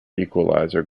equalizer